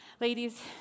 ladies